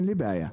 אין בעיה.